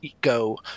go